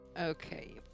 Okay